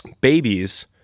Babies